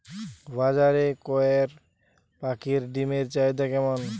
বাজারে কয়ের পাখীর ডিমের চাহিদা কেমন?